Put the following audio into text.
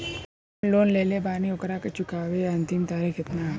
हम जवन लोन लेले बानी ओकरा के चुकावे अंतिम तारीख कितना हैं?